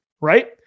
right